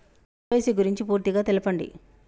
KYC గురించి పూర్తిగా తెలపండి?